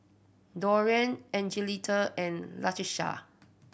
Dorian Angelita and Latisha